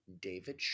David